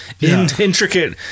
intricate